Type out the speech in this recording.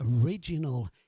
original